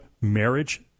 marriage